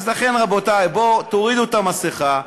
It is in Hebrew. אז, רבותי, בואו, תורידו את המסכה.